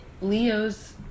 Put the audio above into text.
Leo's